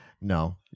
No